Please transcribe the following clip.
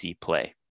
play